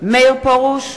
מאיר פרוש,